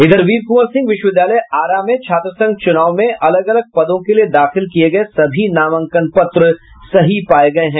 इधर वीर कुंवर सिंह विश्वविद्यालय आरा में छात्र संघ चूनाव में अलग अलग पदों के लिए दाखिल किये गये सभी नामांकन पत्र सही पाये गये हैं